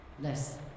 less